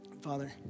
Father